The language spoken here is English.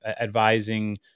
advising